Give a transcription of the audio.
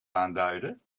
aanduiden